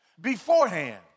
beforehand